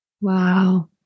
wow